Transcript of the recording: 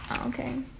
Okay